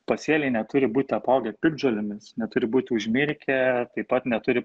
pasėliai neturi būti apaugę piktžolėmis neturi būti užmirkę taip pat neturi